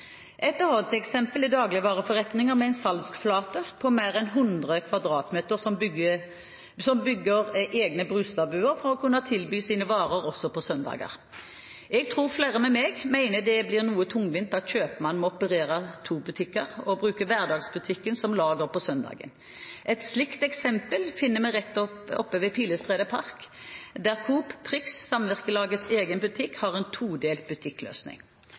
Et annet eksempel er dagligvareforretninger med en salgsflate på mer enn 100 kvadratmeter som bygger egne «Brustad-buer» for å kunne tilby sine varer også på søndager. Jeg tror flere med meg mener det blir noe tungvint at kjøpmannen må operere med to butikker og bruke hverdagsbutikken som lager på søndager. Et slikt eksempel finner vi oppe ved Pilestredet Park, der Coop Prix, Samvirkelagets egen butikk, har en todelt butikkløsning.